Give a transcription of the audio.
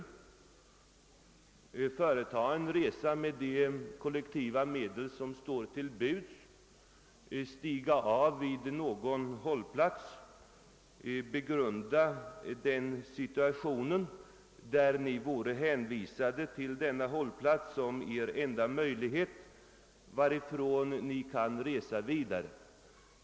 Företa en resa med de kollektiva transportmedel som står till buds, stig av vid någon hållplats och begrunda hur situationen skulle te sig för er om ni vore hänvisade till denna enda hållplats när ni skulle resa vidare!